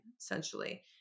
essentially